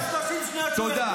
תודה.